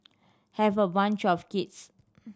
have a bunch of kids